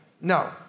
No